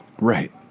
Right